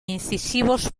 incisivos